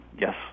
yes